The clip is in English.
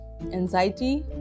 anxiety